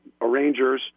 arrangers